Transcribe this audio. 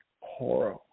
horror